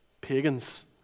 pagans